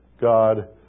God